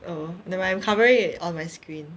oh never mind I'm covering it on my screen